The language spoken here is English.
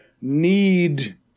need